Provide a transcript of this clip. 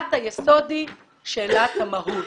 שאלת היסוד היא שאלת המהות,